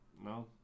No